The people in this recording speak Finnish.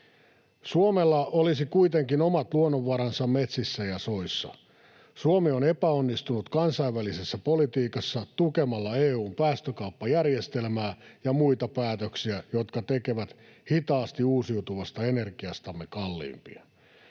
Suomella olisi kuitenkin omat luonnonvaransa metsissä ja soissa. Suomi on epäonnistunut kansainvälisessä politiikassa tukemalla EU:n päästökauppajärjestelmää ja muita päätöksiä, jotka tekevät hitaasti uusiutuvasta energiastamme kalliimpia.